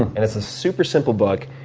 and it's a super simple book,